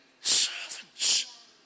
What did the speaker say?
servants